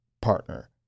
partner